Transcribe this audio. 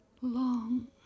Long